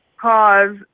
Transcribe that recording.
cause